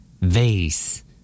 Vase